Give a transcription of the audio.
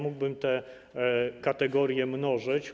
Mógłbym te kategorie mnożyć.